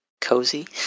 cozy